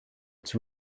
its